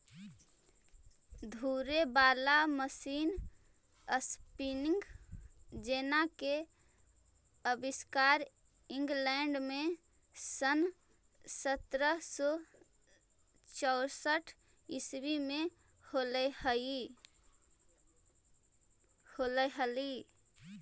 घूरे वाला मशीन स्पीनिंग जेना के आविष्कार इंग्लैंड में सन् सत्रह सौ चौसठ ईसवी में होले हलई